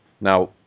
now